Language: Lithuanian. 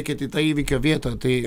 kad į tą įvykio vietą tai